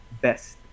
Best